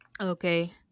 Okay